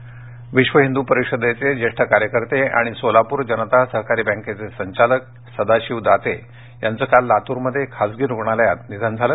निधन लातर विक्ष हिंदू परिषदेचे जेष्ठ कार्यकर्ते आणि सोलापूर जनता सहकारी बॅकेचे संचालक सदाशीव दाते याचं काल लातूरमध्ये खाजगी रुग्णालयात निधन झालं